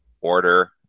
order